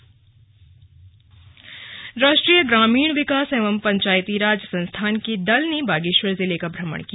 slug Bageshwar भ्रमण राष्ट्रीय ग्रामीण विकास एवं पंचायती राज संस्थान के दल ने बागेश्वर जिले का भ्रमण किया